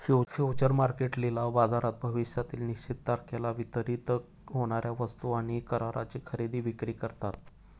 future market लिलाव बाजारात भविष्यातील निश्चित तारखेला वितरित होणार्या वस्तू आणि कराराची खरेदी विक्री करतात